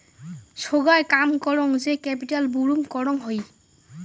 সোগায় কাম করং যে ক্যাপিটাল বুরুম করং হই